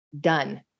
done